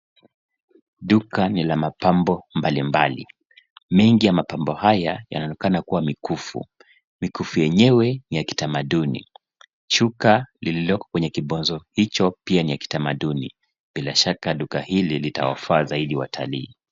Duka ni la mapambo mbalimbali. Mengi ya mapambo haya yanaonekana kuwa mikufu. Mikufu yenyewe ni ya kitamaduni. Shuka lililoko kwenye kibinzo hicho pia ni ya kitamaduni. Bila shaka duka hili litawafaa zaidi watalii.